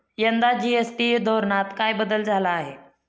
यंदा जी.एस.टी धोरणात काय बदल झाला आहे?